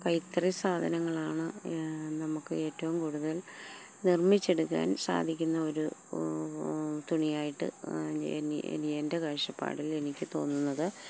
കൈത്തറി സാധനങ്ങളാണ് നമുക്കേറ്റവും കൂടുതൽ നിർമ്മിച്ചെടുക്കാൻ സാധിക്കുന്ന ഒരു തുണിയായിട്ട് എൻ്റെ കാഴ്ചപ്പാടിൽ എനിക്ക് തോന്നുന്നത്